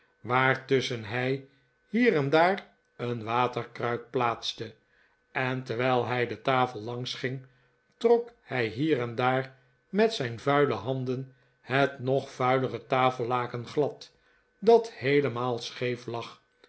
waartusschen hij hier en daar een waterkruik plaatste en terwijl hij de tafel langs ging trok hij hier en daar met zijn vuile handen het nog vuilere tafellaken glad dat heelemaal scheef lag